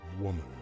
woman